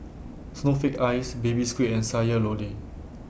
Snowflake Ice Baby Squid and Sayur Lodeh